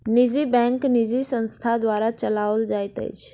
निजी बैंक निजी संस्था द्वारा चलौल जाइत अछि